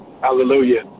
Hallelujah